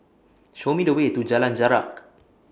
Show Me The Way to Jalan Jarak